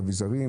אילו אביזרים,